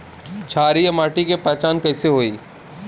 क्षारीय माटी के पहचान कैसे होई?